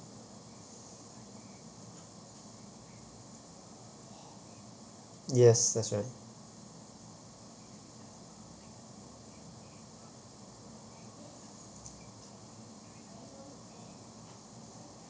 yes that's right